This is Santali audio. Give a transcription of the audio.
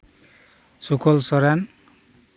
ᱥᱩᱠᱚᱞ ᱥᱚᱨᱮᱱ